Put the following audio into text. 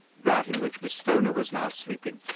that in which miss stoner was now sleeping,